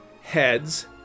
heads